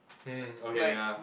mm okay ya